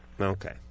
Okay